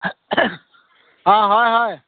অঁ হয় হয়